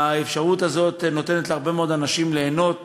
האפשרות הזאת נותנת להרבה מאוד אנשים ליהנות